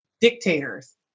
dictators